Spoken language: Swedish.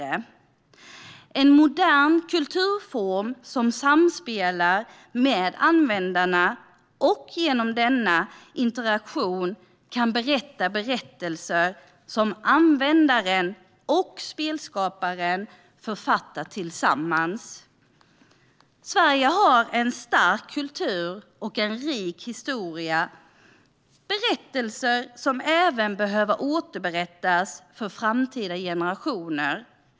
Det är en modern kulturform som samspelar med användarna, och genom denna interaktion kan man berätta berättelser som användaren och spelskaparen författat tillsammans. Sverige har en stark kultur, och en rik historia, berättelser som även behöver återberättas för framtida generationer.